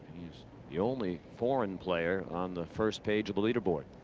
he is the only foreign player on the first page of the leaderboard.